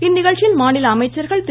இந்நிகழ்ச்சியில் மாநில அமைச்சர்கள் திரு